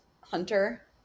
hunter